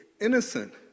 innocent